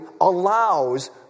allows